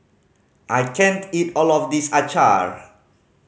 I can't eat all of this acar